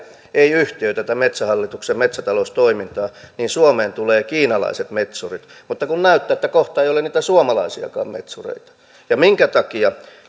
ei yhtiöitetä metsähallituksen metsätaloustoimintaa niin suomeen tulevat kiinalaiset metsurit mutta näyttää että kohta ei ole niitä suomalaisiakaan metsureita minkä takia